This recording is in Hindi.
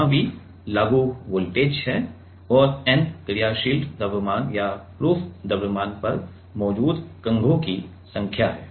जहां V लागू वोल्टेज है और n क्रियाशील द्रव्यमान या प्रूफ द्रव्यमान पर मौजूद कंघों की संख्या है